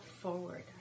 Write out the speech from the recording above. forward